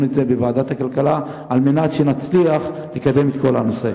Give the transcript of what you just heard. בזה בוועדת הכלכלה על מנת שנצליח לקדם את כל הנושא.